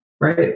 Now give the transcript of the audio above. right